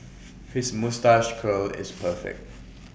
his moustache curl is perfect